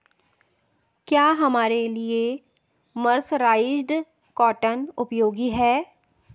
क्या हमारे लिए मर्सराइज्ड कॉटन उपयोगी है?